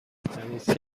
تمیز